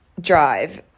drive